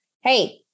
hey